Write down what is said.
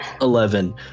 eleven